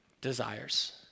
desires